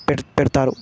పె పెడతారు